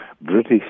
British